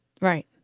Right